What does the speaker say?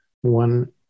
one